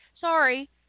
Sorry